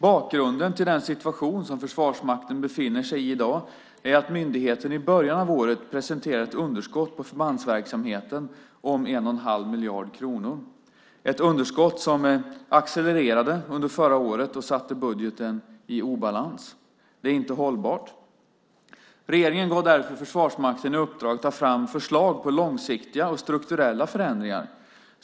Bakgrunden till den situation som Försvarsmakten befinner sig i i dag är att myndigheten i början av året presenterade ett underskott på förbandsverksamheten om 1 1⁄2 miljard kronor, ett underskott som accelererat under förra året och satte budgeten i obalans. Det är inte hållbart. Regeringen gav därför Försvarsmakten i uppdrag att ta fram förslag på långsiktiga och strukturella förändringar.